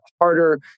harder